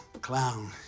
clown